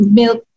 milk